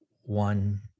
one